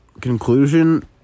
conclusion